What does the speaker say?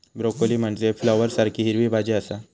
broccoli म्हनजे फ्लॉवरसारखी हिरवी भाजी आसा